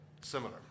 similar